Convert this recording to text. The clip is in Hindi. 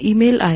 ई मेल आया